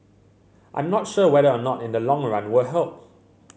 I'm not sure whether or not in the long run will help